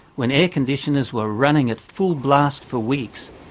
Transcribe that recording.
when air conditioners were running at full blast for weeks,